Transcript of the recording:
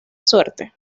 suerte